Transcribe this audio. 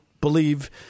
believe